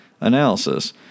analysis